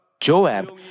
Joab